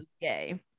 gay